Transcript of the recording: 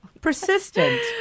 persistent